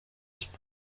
sports